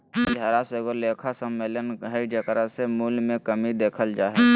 मूल्यह्रास एगो लेखा सम्मेलन हइ जेकरा से मूल्य मे कमी देखल जा हइ